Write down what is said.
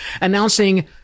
announcing